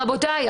רבותיי,